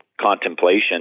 contemplation